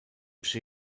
przy